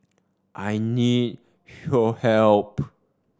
I need help